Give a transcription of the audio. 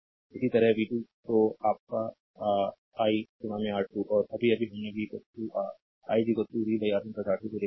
इसी तरह v 2 तो आप का i R2 और अभी अभी हमने i v R1 R2 को देखा है